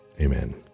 Amen